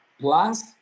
plus